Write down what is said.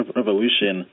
revolution